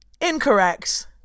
Incorrect